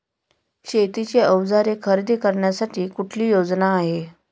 शेतीची अवजारे खरेदी करण्यासाठी कुठली योजना आहे?